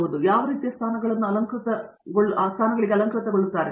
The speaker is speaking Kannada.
ಅವರು ಯಾವ ರೀತಿಯ ಸ್ಥಾನಗಳನ್ನು ನೋಡುತ್ತಾರೆ